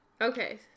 okay